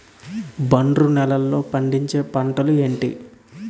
ఒండ్రు నేలలో పండించే పంటలు ఏంటి?